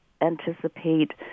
anticipate